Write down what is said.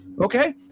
Okay